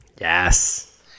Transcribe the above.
Yes